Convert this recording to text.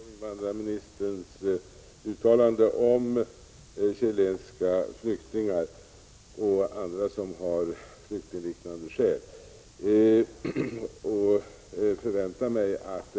Fru talman! Jag tar fasta på invandrarministerns uttalande om chilenska flyktingar och andra som har flyktingliknande skäl och förväntar mig att